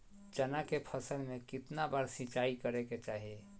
चना के फसल में कितना बार सिंचाई करें के चाहि?